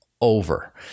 over